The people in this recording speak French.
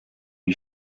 lui